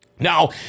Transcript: Now